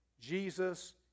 Jesus